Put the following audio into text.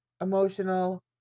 emotional